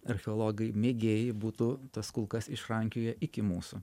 archeologai mėgėjai būtų tas kulkas išrankioję iki mūsų